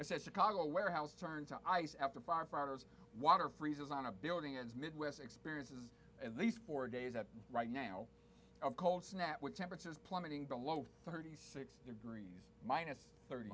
chicago warehouse turned to ice after firefighters water freezes on a building as midwest experiences at least four days that right now a cold snap with temperatures plummeting below thirty six degrees minus thirty